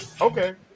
Okay